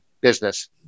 business